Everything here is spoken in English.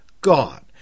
God